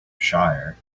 shire